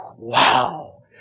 Wow